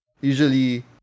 usually